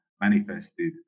manifested